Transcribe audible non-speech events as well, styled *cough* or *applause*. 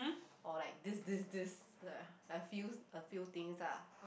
or like this this this *noise* a few a few things lah